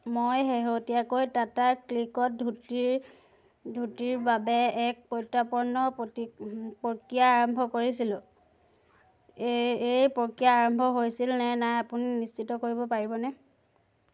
মই শেহতীয়াকৈ টাটা ক্লিকত ধুতিৰ ধুতিৰ বাবে এটা প্ৰত্যাৰ্পণৰ পকি প্ৰক্ৰিয়া আৰম্ভ কৰিছিলোঁ এ এই প্ৰক্ৰিয়া আৰম্ভ হৈছেনে নাই আপুনি নিশ্চিত কৰিব পাৰিবনে